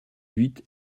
huit